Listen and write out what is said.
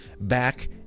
back